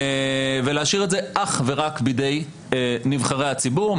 ולהשאיר את זה אך ורק בידי נבחרי הציבור,